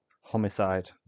homicide